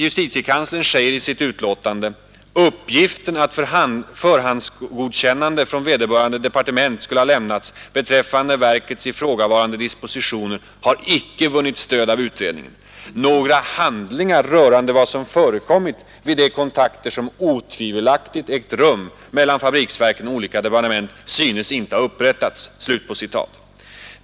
Justitiekanslern säger i sitt utlåtande: ”Uppgiften att förhandsgodkännande från vederbörande departement skulle ha lämnats beträffande verkets ifrågavarande dispositioner har icke vunnit stöd av utredningen. Några handlingar rörande vad som förekommit vid de kontakter som otvivelaktigt ägt rum mellan FFV och olika departement synes inte ha upprättats.”